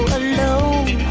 alone